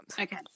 okay